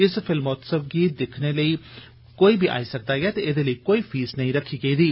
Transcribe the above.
इस फिल्मोत्सव गी दिक्खने लेई कोई बी आई सकदा ऐ ते एदे लेई कोई फीस नेई रक्खी गेदी ऐ